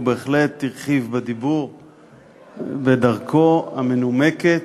הוא בהחלט הרחיב בדיבור בדרכו המנומקת,